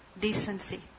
decency